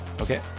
Okay